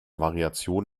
variation